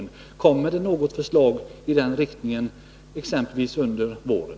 Kommer det något förslag i den riktningen, exempelvis under våren?